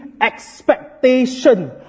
expectation